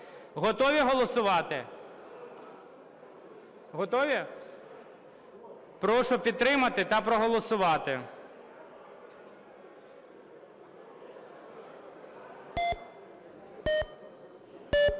Готові голосувати? Готові? Прошу підтримати та проголосувати.